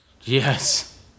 Yes